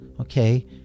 okay